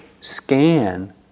scan